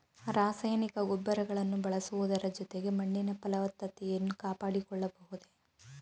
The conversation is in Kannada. ರಾಸಾಯನಿಕ ಗೊಬ್ಬರಗಳನ್ನು ಬಳಸುವುದರ ಜೊತೆಗೆ ಮಣ್ಣಿನ ಫಲವತ್ತತೆಯನ್ನು ಕಾಪಾಡಿಕೊಳ್ಳಬಹುದೇ?